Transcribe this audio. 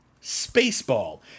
Spaceball